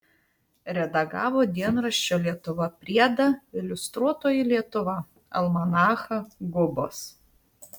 redagavo dienraščio lietuva priedą iliustruotoji lietuva almanachą gubos